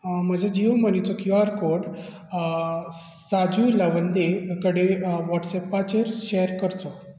म्हजे जियो मनीचो Q R code साजू लवंदे कडेन व्हॉट्सॲपाचेर शॅर करचो